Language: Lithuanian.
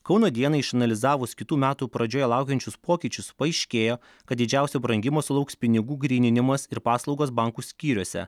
kauno dienai išanalizavus kitų metų pradžioje laukiančius pokyčius paaiškėjo kad didžiausio brangimo sulauks pinigų gryninimas ir paslaugos bankų skyriuose